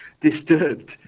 disturbed